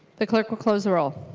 the clerk will close the roll.